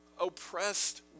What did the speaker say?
oppressed